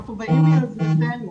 אנחנו באים מיוזמתנו.